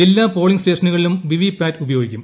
എല്ലാ പോളിംഗ് സ്റ്റേഷനുകളിലും VVPAT ഉപയോഗിക്കും